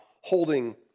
holding